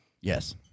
yes